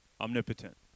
omnipotent